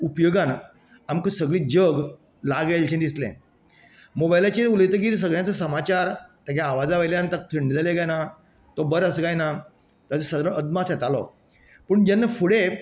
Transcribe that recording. उपयोगान आमकां सगळी जग लागीं आयले अशें दिसले मोबायलांचेर उलयतगीर सगळ्यांचो समाचार तेगे आवाजा वयल्यान ताका थंडी जाली कांय ना तो बरो आसा कांय ना ताचो सादारण अदमास येतालो पूण जेन्ना फुडें